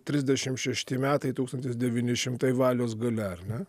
trisdešim šešti metai tūkstantis devyni šimtai valios galia ar ne